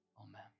Amen